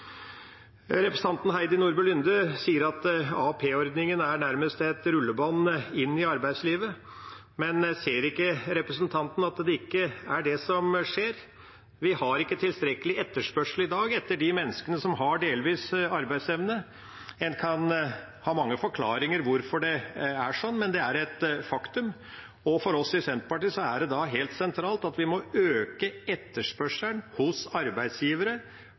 Representanten Heidi Nordby Lunde sier at AAP-ordningen nærmest er et rullebånd inn i arbeidslivet. Men ser ikke representanten at det ikke er det som skjer? Vi har ikke tilstrekkelig etterspørsel i dag etter de menneskene som har delvis arbeidsevne. En kan ha mange forklaringer på hvorfor det er sånn, men det er et faktum, og for oss i Senterpartiet er det helt sentralt at vi må øke etterspørselen hos arbeidsgivere